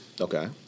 Okay